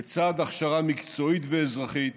לצד הכשרה מקצועית ואזרחית